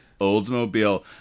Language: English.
Oldsmobile